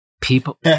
People